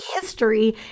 history